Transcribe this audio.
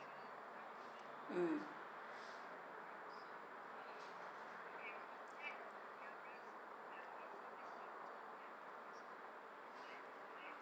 mm